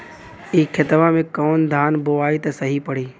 ए खेतवा मे कवन धान बोइब त सही पड़ी?